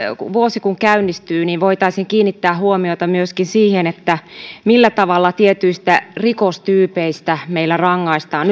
kun vuosi käynnistyy niin voitaisiin kiinnittää huomiota myöskin siihen millä tavalla tietyistä rikostyypeistä meillä rangaistaan